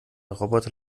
roboter